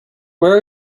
where